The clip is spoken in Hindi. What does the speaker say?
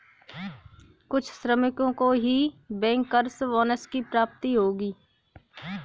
कुछ श्रमिकों को ही बैंकर्स बोनस की प्राप्ति होगी